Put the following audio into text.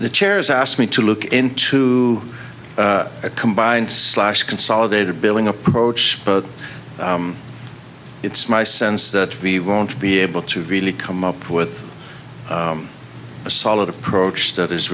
the chairs ask me to look into a combined slash consolidated billing approach but it's my sense that we won't be able to really come up with a solid approach that is